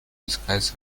disguise